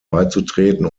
beizutreten